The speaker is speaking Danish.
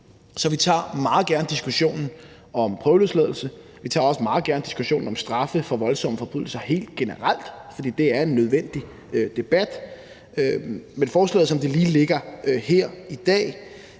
Så vi tager meget gerne diskussionen om prøveløsladelse, og vi tager også meget gerne diskussionen om straffe for voldsomme forbrydelser helt generelt, for det er en nødvendig debat, men forslaget, som det lige ligger her i dag,